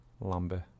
Lambert